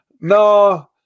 no